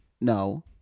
No